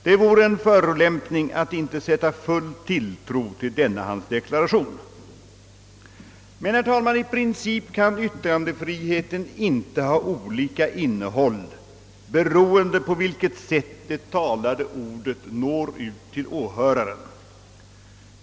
Det vore en förolämpning att inte sätta full tilltro till denna hans deklaration, men, herr talman, i princip kan yttrandefriheten inte ha olika innehåll beroende på vilket sätt det talade ordet når ut till åhöraren.